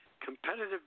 Competitive